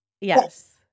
Yes